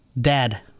Dad